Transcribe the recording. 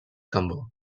cambó